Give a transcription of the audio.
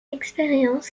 expérience